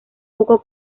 poco